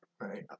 right